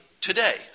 today